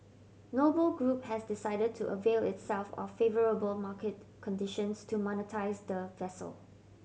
Noble Group has decided to avail itself of favourable market conditions to monetise the vessel